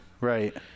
right